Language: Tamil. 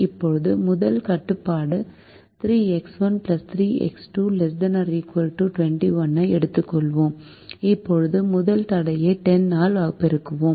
இப்போது முதல் கட்டுப்பாடு 3X1 3X2 ≤ 21 ஐ எடுத்துக்கொள்வோம் இப்போது முதல் தடையை 10 ஆல் பெருக்குவோம்